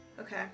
Okay